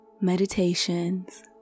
Meditations